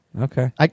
Okay